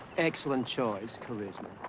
excellent choice, charisma.